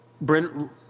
Brent